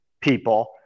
people